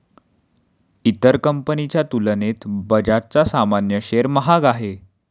इतर कंपनीच्या तुलनेत बजाजचा सामान्य शेअर महाग आहे